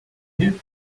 you